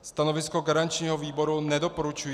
Stanovisko garančního výboru je nedoporučující.